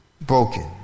broken